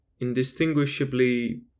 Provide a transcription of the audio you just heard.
indistinguishably